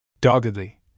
doggedly